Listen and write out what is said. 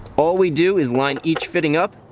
all we do is line each fitting up,